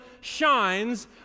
shines